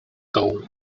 dołu